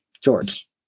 George